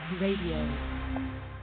Radio